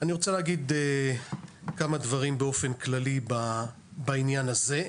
אני רוצה להגיד כמה דברים באופן כללי בעניין הזה.